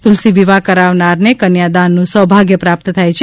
તુલસી વિવાહ કરાવનારને કન્યાદાનનું સૌભાગ્ય પ્રાપ્ત થાય છે